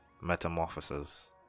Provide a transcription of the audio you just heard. metamorphosis